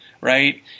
right